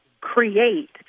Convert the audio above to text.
create